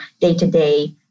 day-to-day